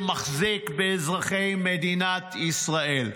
שמחזיק באזרחי מדינת ישראל.